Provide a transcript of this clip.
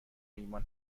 ایمان